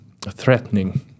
threatening